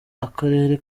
akarere